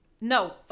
No